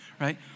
Right